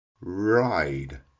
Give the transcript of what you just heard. ride